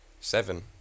Seven